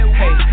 hey